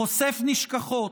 חושף נשכחות,